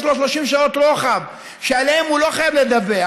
יש לו שעות רוחב שעליהן הוא לא חייב לדווח.